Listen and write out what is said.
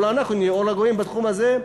אולי אנחנו נהיה אור לגויים בתחום הזה,